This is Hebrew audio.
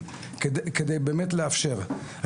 הייתי בחוץ מהבוקר עד הצוהריים,